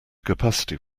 capacity